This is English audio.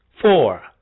Four